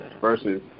versus